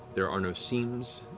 there are no seams,